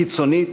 קיצונית,